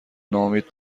ناامید